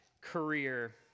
career